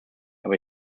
aber